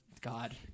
God